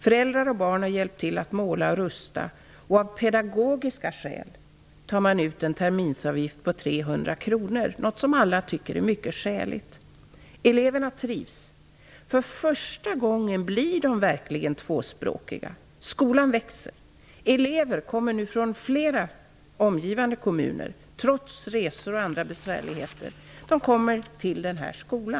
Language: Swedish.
Föräldrar och barn har hjälpt till att måla och rusta, och av pedagogiska skäl tar man ut en terminsavgift på 300 kronor, något som alla tycker är mycket skäligt. Eleverna trivs. För första gången blir de verkligen tvåspråkiga. Skolan växer. Elever kommer nu från flera omgivande kommuner, trots resor och andra besvärligheter, till denna skola.